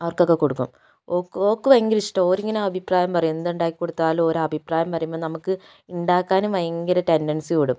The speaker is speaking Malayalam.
അവർക്കൊക്കെ കൊടുക്കും ഓക്ക് ഓക്ക് ഭയങ്കര ഇഷ്ടമാണ് ഓരിങ്ങനെ അഭിപ്രായം പറയും എന്തുണ്ടാക്കി കൊടുത്താലും ഓരഭിപ്രായം പറയുമ്പോൾ നമുക്ക് ഉണ്ടാക്കാനും ഭയങ്കര ടെൻഡൻസി കൂടും